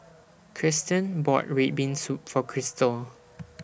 Krysten bought Red Bean Soup For Kristal